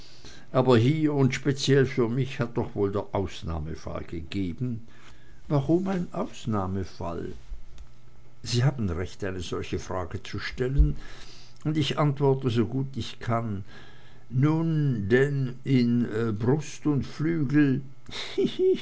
aber hier und speziell für mich ist doch wohl der ausnahmefall gegeben warum ein ausnahmefall sie haben recht eine solche frage zu stellen und ich antworte so gut ich kann nun denn in brust und flügel